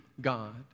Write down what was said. God